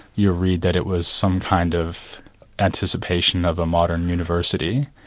you read that it was some kind of anticipation of a modern university,